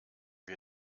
wir